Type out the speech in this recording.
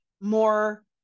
more